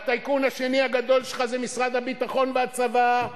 והטייקון השני הגדול שלך זה משרד הביטחון והצבא,